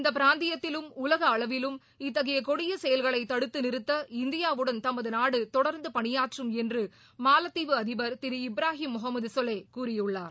இந்த பிராந்தியத்திலும் உலக அளவிலும் இத்தகைப கொடிய செயல்களை தடுத்து நிறுத்த இந்தியாவுடன் தமது நாடு தொடர்ந்து பணியாற்றும் என்று மாலத்தீவு அதிபர் திரு இப்ராஹிம் முகமது சொலைஹ் கூறியுள்ளார்